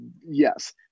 yes